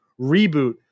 reboot